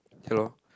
hero